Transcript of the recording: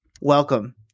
Welcome